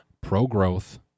pro-growth